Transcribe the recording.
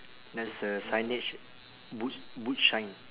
there's a signage boot boot shine